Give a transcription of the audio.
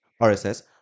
RSS